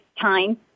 time